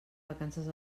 vacances